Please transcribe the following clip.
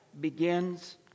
begins